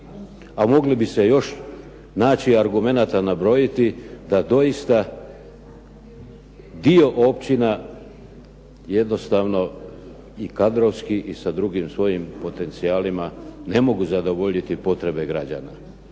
A moglo bi se još naći argumenata i nabrojiti da doista dio općina, jednostavno i kadrovski i sa drugim svojim potencijalima ne mogu zadovoljiti potrebe građana.